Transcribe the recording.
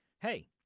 hey